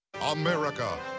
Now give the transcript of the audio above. America